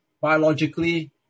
biologically